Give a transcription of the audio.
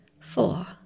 four